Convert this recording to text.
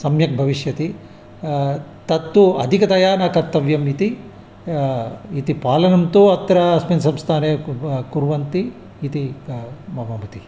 सम्यक् भविष्यति तत्तु अधिकतया न कर्तव्यम् इति इति पालनं तु अत्र अस्मिन् संस्थाने क् कुर्वन्ति इति क मम मतिः